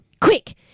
Quick